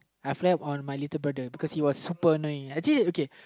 I flapped on my little brother because he was super annoying actually okay